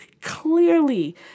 clearly